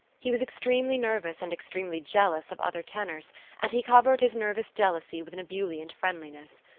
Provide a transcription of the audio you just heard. he was extremely nervous and extremely jealous of other tenors and he covered his nervous jealousy with an ebullient friendliness.